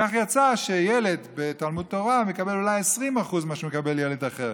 כך יצא שילד בתלמוד תורה מקבל אולי 20% ממה שמקבל ילד אחר.